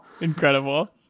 Incredible